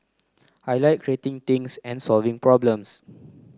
I like creating things and solving problems